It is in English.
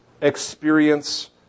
experience